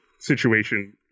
situation